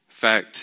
fact